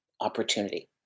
opportunity